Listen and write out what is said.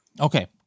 okay